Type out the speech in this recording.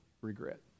regret